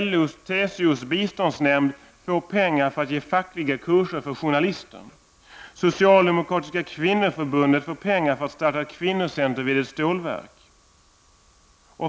LOs och TCOs biståndsnämnd får pengar för att ge fackliga kurser för journalister. Socialdemokratiska kvinnoförbundet får pengar för att starta ett kvinnocenter vid ett stålverk.